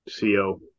CO